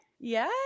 Yes